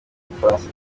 bufaransa